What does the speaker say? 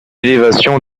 élévation